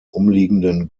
umliegenden